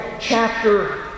chapter